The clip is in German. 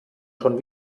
schon